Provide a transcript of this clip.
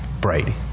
Brady